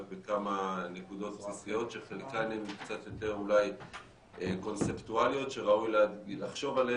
בכמה נקודות שחלקן הן קצת יותר אולי קונספטואליות שראוי לחשוב עליו